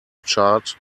chart